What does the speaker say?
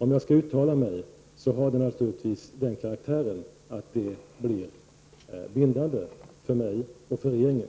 Om jag skulle uttala mig blir det naturligtvis bindande för mig och för regeringen.